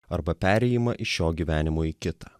arba perėjimą iš šio gyvenimo į kitą